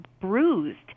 bruised